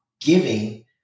giving